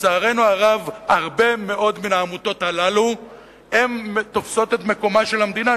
לצערנו הרב הרבה מאוד מהעמותות האלה תופסות את מקומה של המדינה.